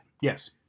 Yes